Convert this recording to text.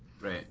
Right